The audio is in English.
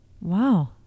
Wow